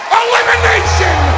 elimination